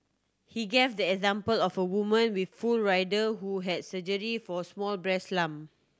he gave the example of a woman with full rider who had surgery for small breast lump